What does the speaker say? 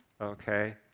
okay